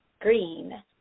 Green